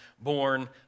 born